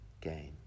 gain